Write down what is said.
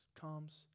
comes